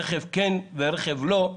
רכב כן ורכב לא,